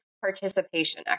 participation